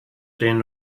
den